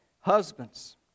Husbands